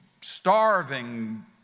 starving